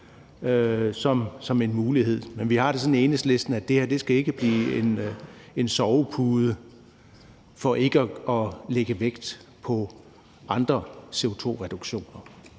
som en mulighed. Men vi har det sådan i Enhedslisten, at det her ikke skal blive en sovepude for ikke at lægge vægt på andre CO2-reduktioner.